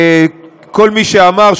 כל מי שאמר,